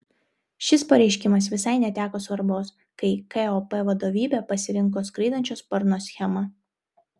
šis pareiškimas visai neteko svarbos kai kop vadovybė pasirinko skraidančio sparno schemą